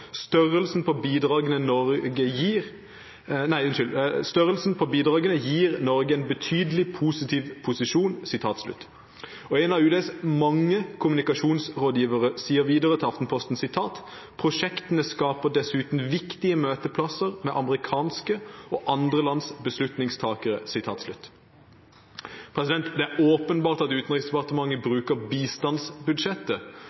på bidragene gir Norge en betydelig positiv posisjon.» En av Utenriksdepartementets mange kommunikasjonsrådgivere sier videre til Aftenposten: «Prosjektene skaper dessuten viktige møteplasser med amerikanske – og andre lands – beslutningstagere.» Det er åpenbart at Utenriksdepartementet